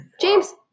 James